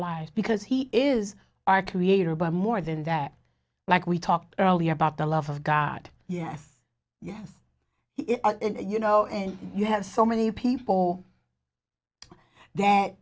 lives because he is our creator but more than that like we talked earlier about the love of god yes yes you know and you have so many people that